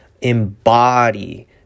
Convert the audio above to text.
embody